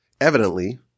Evidently